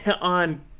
on